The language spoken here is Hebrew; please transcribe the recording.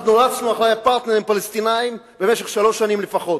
אנחנו רצנו אחרי הפרטנרים הפלסטינים במשך שלוש שנים לפחות,